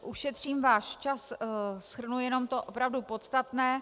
Ušetřím váš čas, shrnu jenom to opravdu podstatné.